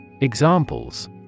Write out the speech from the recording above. Examples